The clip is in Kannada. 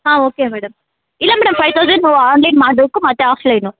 ಹಾಂ ಓಕೆ ಮೇಡಮ್ ಇಲ್ಲ ಮೇಡಮ್ ಫೈವ್ ಥೌಸಂಡ್ ಆನ್ಲೈನ್ ಮಾಡಬೇಕು ಮತ್ತೆ ಆಫ್ಲೈನು